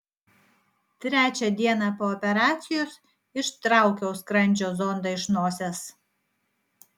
trečią dieną po operacijos ištraukiau skrandžio zondą iš nosies